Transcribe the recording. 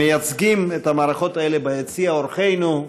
מייצגים את המערכות האלה ביציע אורחינו,